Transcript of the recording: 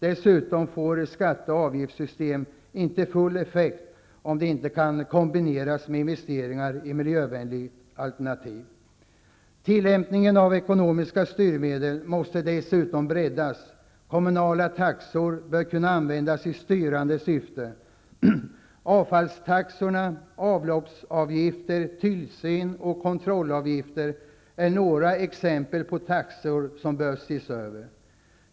Dessutom får inte skatte och avgiftssystemet full effekt om det inte kan kombineras med investeringar i miljövänliga alternativ. Tillämpningen av ekonomiska styrmedel måste dessutom breddas. Kommunala taxor bör kunna användas i styrande syfte. Avfallstaxorna, avloppsavgifter, tillsyns och kontrollavgifter är några exempel på taxor som bör ses över.